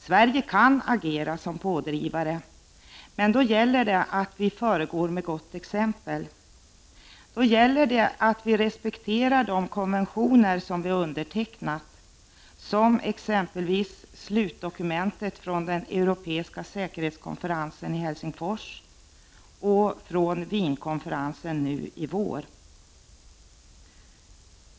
Sverige kan agera som pådrivare, men då gäller det för oss att föregå med gott exempel. Det gäller också för oss att respektera de konventioner som vi har undertecknat som slutdokument från den europeiska säkerhetskonferensen i Helsingfors och från Wienkonferensen i våras.